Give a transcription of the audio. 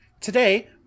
Today